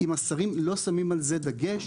אם השרים לא שמים על זה דגש